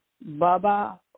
Baba